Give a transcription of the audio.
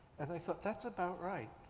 and i thought, that's about right.